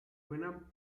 buena